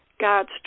God's